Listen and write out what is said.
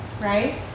right